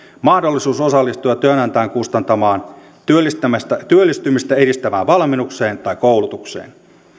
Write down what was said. mahdollisuus osallistua työnantajan kustantamaan työllistymistä edistävään valmennukseen tai koulutukseen